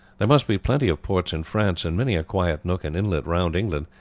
there must be plenty of ports in france, and many a quiet nook and inlet round england,